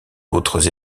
autres